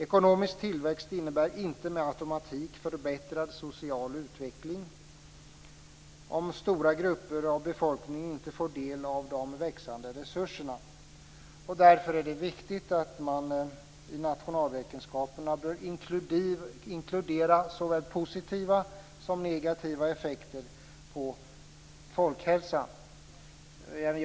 Ekonomisk tillväxt innebär inte med automatik förbättrad social utveckling om stora grupper av befolkningen inte får del av de växande resurserna. Därför är det viktigt att man i nationalräkenskaperna inkluderar såväl positiva som negativa effekter på folkhälsan.